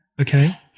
Okay